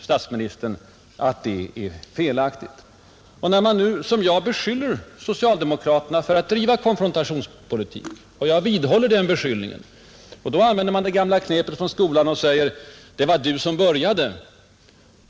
Statsministern vet att det påståendet är felaktigt. När man nu som jag beskyller socialdemokraterna för att driva konfrontationspolitik — jag vidhåller den beskyllningen — använder man det gamla knepet från skolan och säger: Det var du som började.